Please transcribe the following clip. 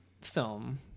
film